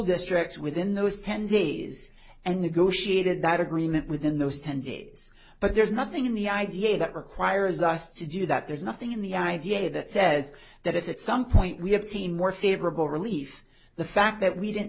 districts within those ten days and negotiated that agreement within those ten days but there's nothing in the idea that requires us to do that there's nothing in the idea that says that if it's some point we have seen more favorable relief the fact that we didn't